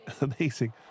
amazing